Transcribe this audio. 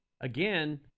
again